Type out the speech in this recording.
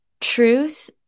truth